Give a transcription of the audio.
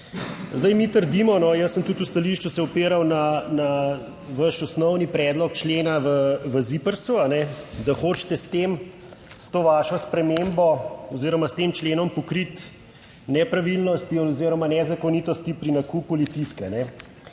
Zdaj, mi trdimo, no, jaz sem tudi v stališču se opiral na vaš osnovni predlog člena v ZIPRSU, da hočete s tem, s to vašo spremembo oziroma s tem členom pokriti nepravilnosti oziroma nezakonitosti pri nakupu Litijske